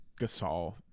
Gasol